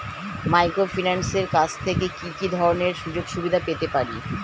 মাইক্রোফিন্যান্সের কাছ থেকে কি কি ধরনের সুযোগসুবিধা পেতে পারি?